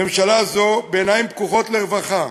ממשלה זו, בעיניים פקוחות לרווחה,